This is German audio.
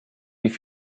wie